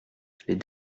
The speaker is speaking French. les